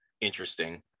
interesting